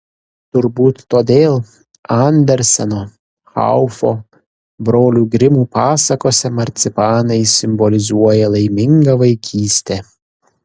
turbūt todėl anderseno haufo brolių grimų pasakose marcipanai simbolizuoja laimingą vaikystę